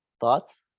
Thoughts